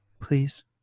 Please